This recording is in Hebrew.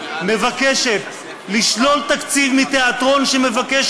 מבקשת לשלול תקציב מתיאטרון שמבקש